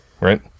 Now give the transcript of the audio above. Right